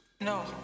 No